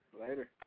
Later